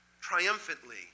triumphantly